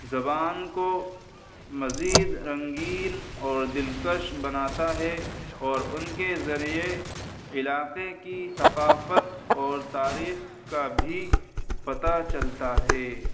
زبان کو مزید رنگین اور دلکش بناتا ہے اور ان کے ذریعے علاقے کی ثقافت اور تاریخ کا بھی پتہ چلتا ہے